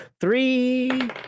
Three